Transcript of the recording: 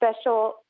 special